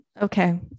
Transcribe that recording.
okay